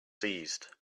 seized